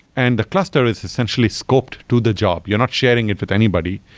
and the cluster is essentially scoped to the job. you're not sharing it with anybody.